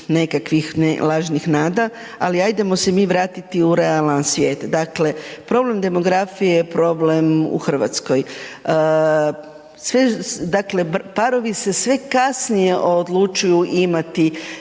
nekakvih ne lažnih nada ali ajdemo se mi vratiti u realan svijet, dakle problem demografije je problem u Hrvatskoj. Dakle, parovi se sve kasnije odlučuju imati